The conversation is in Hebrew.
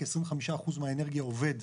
כ-25% מהאנרגיה עובד,